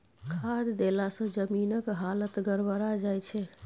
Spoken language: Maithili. खाद देलासँ जमीनक हालत गड़बड़ा जाय छै